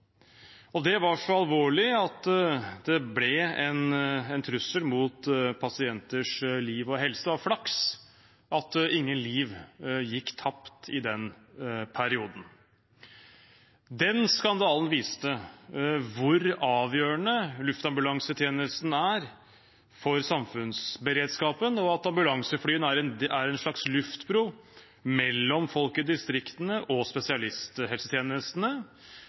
Det var så alvorlig at det ble en trussel mot pasienters liv og helse. Det var flaks at ingen liv gikk tapt i den perioden. Den skandalen viste hvor avgjørende luftambulansetjenesten er for samfunnsberedskapen, at ambulanseflyene er en slags luftbro mellom folk i distriktene og spesialisthelsetjenestene,